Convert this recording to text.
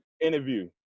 interview